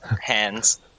hands